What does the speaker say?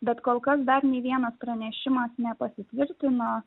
bet kol kas dar nei vienas pranešimas nepasitvirtino